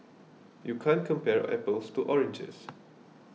you can't compare apples to oranges